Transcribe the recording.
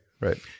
right